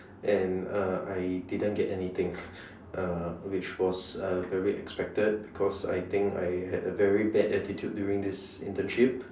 and uh I didn't get anything uh which was uh very expected because I had a very bad attitude during this internship